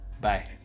bye